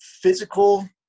Physical